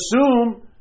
assume